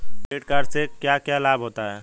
Credit card से क्या क्या लाभ होता है?